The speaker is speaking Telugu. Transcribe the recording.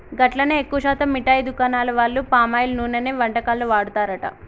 గట్లనే ఎక్కువ శాతం మిఠాయి దుకాణాల వాళ్లు పామాయిల్ నూనెనే వంటకాల్లో వాడతారట